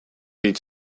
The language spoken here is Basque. hitz